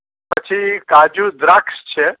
પછી કાજુ દ્રાક્ષ છે